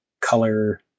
color